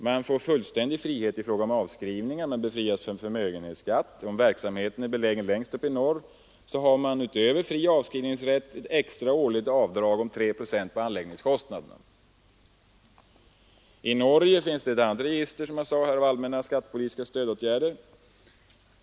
Man får fullständig frihet i fråga om avskrivningar, man befrias från förmögenhetsskatt, och om verksamheten är belägen längst uppe i norr har man utöver den fria avskrivningsrätten ett extra årligt I Norge finns ett annat register av allmänna skattepolitiska stödåtgärder.